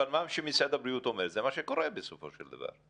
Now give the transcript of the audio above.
אבל מה שמשרד הבריאות אומר זה מה שקורה בסופו של דבר.